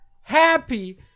happy